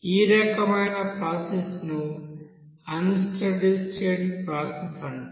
ఈ రకమైన ప్రాసెస్ ను అన్ స్టడీ స్టేట్ ప్రాసెస్ అంటారు